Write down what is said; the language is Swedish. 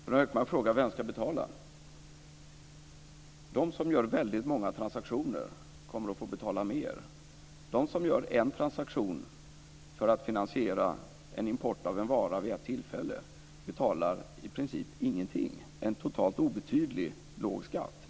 Fru talman! Gunnar Hökmark frågar vem som ska betala. De som gör väldigt många transaktioner kommer att få betala mer. De som gör en transaktion för att finansiera import av en vara vid ett tillfälle betalar i princip ingenting. Det är en obetydlig låg skatt.